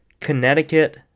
Connecticut